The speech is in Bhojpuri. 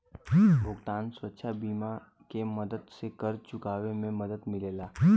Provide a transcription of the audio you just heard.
भुगतान सुरक्षा बीमा के मदद से कर्ज़ चुकावे में मदद मिलेला